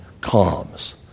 calms